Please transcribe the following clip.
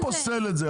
אני לא פוסל את זה,